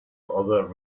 other